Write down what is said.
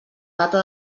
data